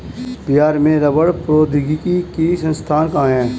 बिहार में रबड़ प्रौद्योगिकी का संस्थान कहाँ है?